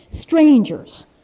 Strangers